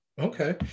Okay